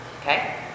Okay